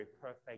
perfect